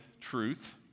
truth